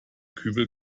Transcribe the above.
kübel